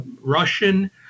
Russian